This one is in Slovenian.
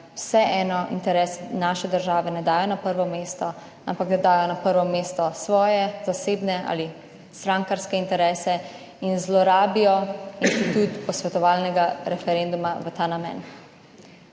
vseeno interes naše države ne dajo na prvo mesto, ampak da dajo na prvo mesto svoje zasebne ali strankarske interese in zlorabijo institut posvetovalnega referenduma v ta namen.